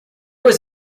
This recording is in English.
was